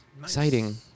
exciting